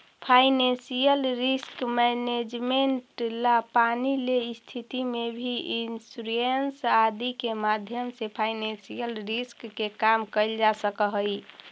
financial risk management ला पानी ले स्थिति में भी इंश्योरेंस आदि के माध्यम से फाइनेंशियल रिस्क के कम कैल जा सकऽ हई